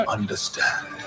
understand